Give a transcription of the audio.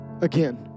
again